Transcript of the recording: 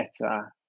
better